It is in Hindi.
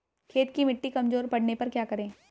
खेत की मिटी कमजोर पड़ने पर क्या करें?